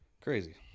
Crazy